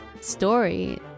Story